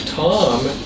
Tom